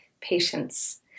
patience